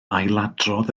ailadrodd